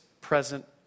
present